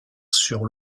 sur